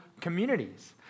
communities